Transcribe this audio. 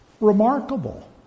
remarkable